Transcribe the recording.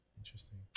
Interesting